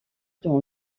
dans